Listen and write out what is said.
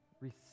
Receive